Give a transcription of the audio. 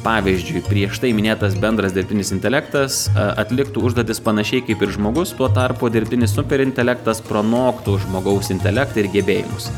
pavyzdžiui prieš tai minėtas bendras dirbtinis intelektas atliktų užduotis panašiai kaip ir žmogus tuo tarpu dirbtinis super intelektas pranoktų žmogaus intelektą ir gebėjimus